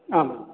आम्